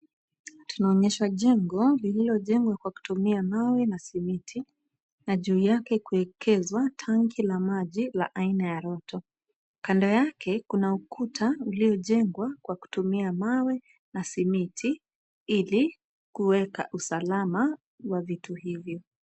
Tunaonyeshwa jengo lililojengwa kwa kutumia mawe na simiti, na juu yake kuwekeshwa tanki la maji la aina ya rotto. Kando yake kuna ukuta uliojengwa kwa kutumia mawe na simiti ili kuweka usalama wa vitu hivyo.